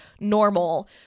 normal